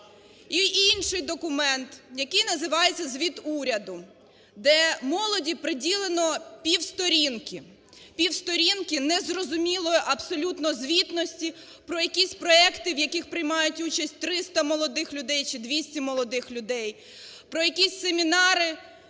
І інший документ, який називається "Звіт уряду", де молоді приділено півсторінки, півсторінки незрозумілої абсолютно звітності про якісь проекти, в яких приймають участь 300 молодих людей чи 200 молодих людей, про якісь семінари